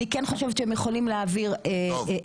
אני כן חושבת שהם יכולים להעביר עמדה,